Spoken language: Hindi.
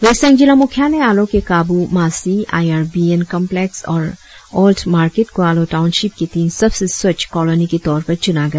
वेस्ट सियांग जिला मुख्यालय आलो के काबू मासी I R B N complex और ओल्ड मार्केट को आलो ताऊनशिप के तीन सबसे स्वच्छ कलोनी के तौर पर चुना गया